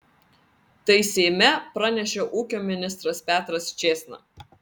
tai seime pranešė ūkio ministras petras čėsna